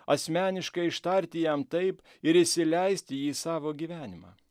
asmeniškai ištarti jam taip ir įsileisti jį į savo gyvenimą